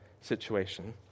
situation